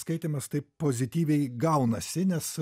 skaitymas taip pozityviai gaunasi nes